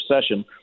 session